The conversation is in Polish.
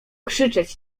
krzyczeć